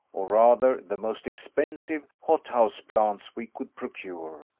or rather the most expensive hothouse plants we could procure.